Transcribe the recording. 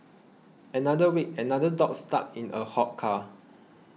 another week another dog stuck in a hot car